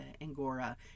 angora